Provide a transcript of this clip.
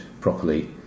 properly